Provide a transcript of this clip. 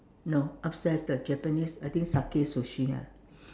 no upstairs the Japanese I think Sakae sushi ah